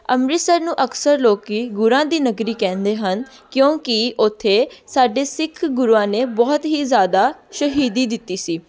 ਅੰਮ੍ਰਿਤਸਰ ਨੂੰ ਅਕਸਰ ਲੋਕ ਗੁਰਾਂ ਦੀ ਨਗਰੀ ਕਹਿੰਦੇ ਹਨ ਕਿਉਂਕਿ ਉੱਥੇ ਸਾਡੇ ਸਿੱਖ ਗੁਰੂਆਂ ਨੇ ਬਹੁਤ ਹੀ ਜ਼ਿਆਦਾ ਸ਼ਹੀਦੀ ਦਿੱਤੀ ਸੀ